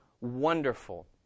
wonderful